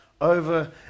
over